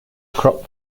crop